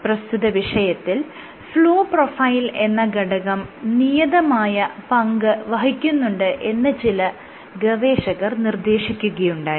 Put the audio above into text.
പ്രസ്തുത വിഷയത്തിൽ flow profile എന്ന ഘടകം നിയതമായ പങ്ക് വഹിക്കുന്നുണ്ട് എന്ന് ചില ഗവേഷകർ നിർദ്ദേശിക്കുകയുണ്ടായി